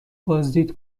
بازدید